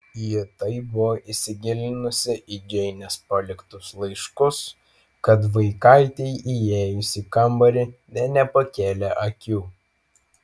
ji taip buvo įsigilinusi į džeinės paliktus laiškus kad vaikaitei įėjus į kambarį nė nepakėlė akių